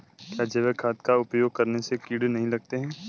क्या जैविक खाद का उपयोग करने से कीड़े नहीं लगते हैं?